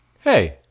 Hey